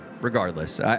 regardless